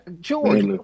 George